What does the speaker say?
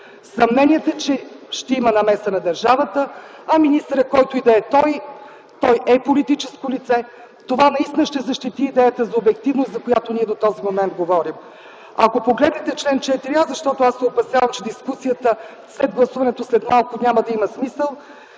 съмнението, че ще има намеса на държавата, а министърът, който и да е той, е политическо лице. Това ще защити идеята за обективност, за която ние до този момент говорим. Ако погледнете чл. 4а, защото аз се опасявам, че дискусията след гласуването след малко няма да има смисъл,